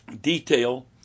detail